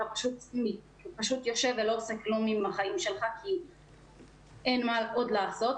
אתה פשוט יושב ולא עושה כלום עם החיים שלך כי אין עוד מה לעשות.